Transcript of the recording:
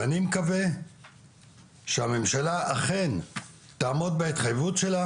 ואני מקווה שהממשלה אכן תעמוד בהתחייבות שלה